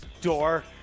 door